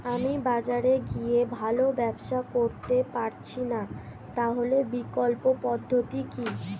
আমি বাজারে গিয়ে ভালো ব্যবসা করতে পারছি না তাহলে বিকল্প পদ্ধতি কি?